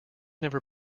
never